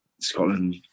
Scotland